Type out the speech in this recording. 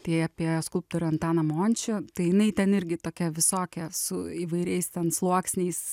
tai apie skulptorių antaną mončį tai jinai ten irgi tokia visokia su įvairiais ten sluoksniais